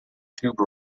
tube